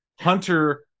hunter